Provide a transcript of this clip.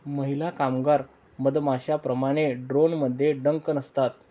महिला कामगार मधमाश्यांप्रमाणे, ड्रोनमध्ये डंक नसतात